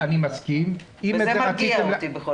אותי זה מרגיע.